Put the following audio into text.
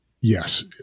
Yes